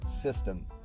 system